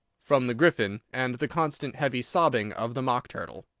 from the gryphon, and the constant heavy sobbing of the mock turtle.